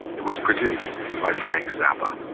it was produced by frank zappa.